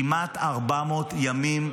כמעט 400 ימים,